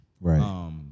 Right